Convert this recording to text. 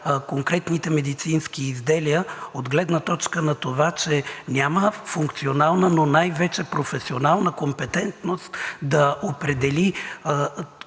конкретните медицински изделия от гледна точка на това, че няма функционална, но най-вече професионална компетентност да определи